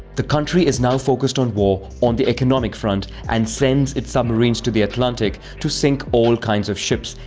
the country is now focused on war on the economic front and sends its submarines to the atlantic to sink all kinds of ships,